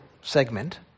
segment